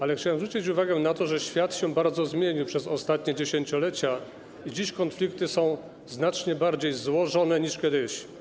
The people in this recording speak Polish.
Ale chciałem zwrócić uwagę na to, że świat się bardzo zmienił przez ostatnie dziesięciolecia i dziś konflikty są znacznie bardziej złożone niż kiedyś.